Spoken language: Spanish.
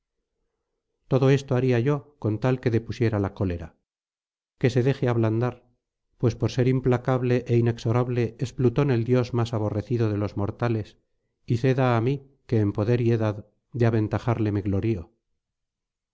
todo esto haría yo con tal que depusiera la cólera que se deje ablandar pues por ser implacable é inexorable es plutón el dios más aborrecido de los mortales y ceda á mí que en poder y edad de aventajarle me glorío